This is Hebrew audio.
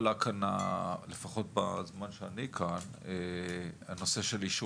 בזמן שאני כאן לא עלה הנושא של עישון.